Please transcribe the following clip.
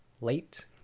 Late